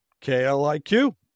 K-L-I-Q